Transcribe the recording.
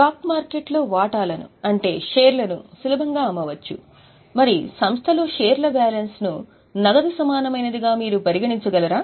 మీరు స్టాక్ మార్కెట్లో వాటాలను అంటే షేర్ లను సులభంగా అమ్మవచ్చు మరి సంస్థ లో షేర్ ల బ్యాలెన్స్ను నగదు సమానమైనదిగా మీరు పరిగణించగలరా